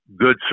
good